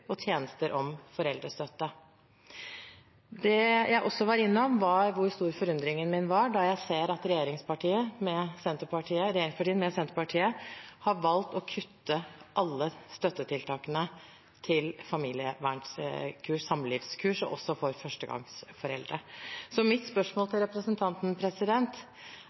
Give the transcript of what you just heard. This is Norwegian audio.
og tjenester om foreldrestøtte. Det jeg også var innom, var hvor stor forundringen min var da jeg så at regjeringen, med Senterpartiet, valgte å kutte alle støttetiltakene til familievernskurs og samlivskurs – også for førstegangsforeldre. Så mitt spørsmål til representanten